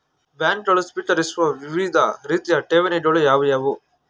ಬ್ಯಾಂಕುಗಳು ಸ್ವೀಕರಿಸುವ ವಿವಿಧ ರೀತಿಯ ಠೇವಣಿಗಳು ಯಾವುವು?